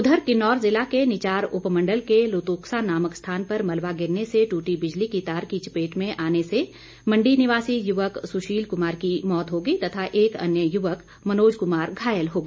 उधर किन्नौर जिला के निचार उपमंडल के लुतुक्सा नामक स्थान पर मलवा गिरने से टूटी बिजली की तार की चपेट में आने से मण्डी निवासी युवक सुशील कुमार की मौत हो गई तथा एक अन्य युवक मनोज कुमार घायल हो गया